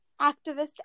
activist